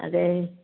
അതെ